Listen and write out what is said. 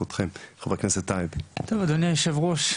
חבר הכנסת טייב, בבקשה.